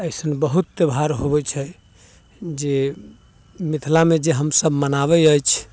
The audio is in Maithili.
अइसन बहुत त्योहार होबै छै जे मिथिलामे जे हमसभ मनाबै अछि